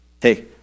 hey